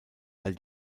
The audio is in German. weil